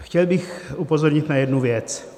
Chtěl bych upozornit na jednu věc.